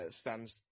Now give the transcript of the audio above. stands